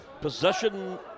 Possession